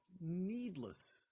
needless